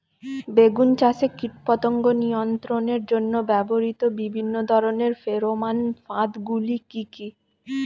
বেগুন চাষে কীটপতঙ্গ নিয়ন্ত্রণের জন্য ব্যবহৃত বিভিন্ন ধরনের ফেরোমান ফাঁদ গুলি কি কি?